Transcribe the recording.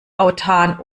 autan